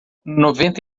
noventa